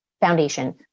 foundation